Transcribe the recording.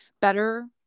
better